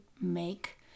make